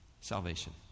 salvation